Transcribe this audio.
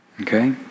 Okay